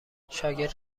شاگرد